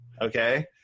okay